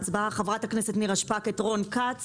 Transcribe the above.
חברת הכנסת נירה שפק מחליפה את חבר הכנסת רון כץ